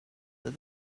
that